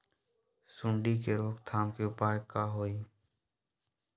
सूंडी के रोक थाम के उपाय का होई?